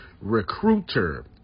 recruiter